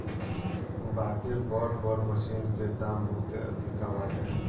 बाकि बड़ बड़ मशीन के दाम बहुते अधिका बाटे